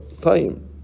time